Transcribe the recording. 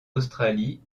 australie